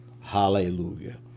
Hallelujah